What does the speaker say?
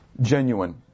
genuine